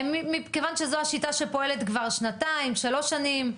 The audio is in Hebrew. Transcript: מכיוון שזו השיטה שפועלת כבר שנתיים, שלוש שנים".